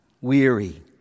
weary